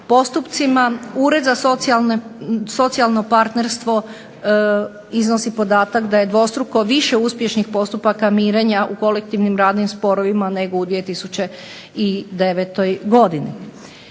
postupcima. Ured za socijalno partnerstvo iznosi podatak da je dvostruko više uspješnih postupaka mirenja u kolektivnim radnim sporovima nego u 2009. godini.